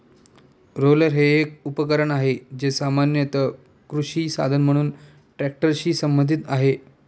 roller हे एक उपकरण आहे, जे सामान्यत कृषी साधन म्हणून ट्रॅक्टरशी संबंधित आहे